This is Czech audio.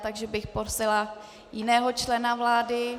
Takže bych prosila jiného člena vlády.